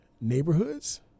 neighborhoods